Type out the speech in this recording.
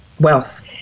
wealth